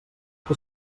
que